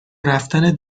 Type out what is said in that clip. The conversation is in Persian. رفتن